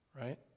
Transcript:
right